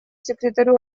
секретарю